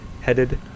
headed